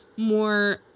more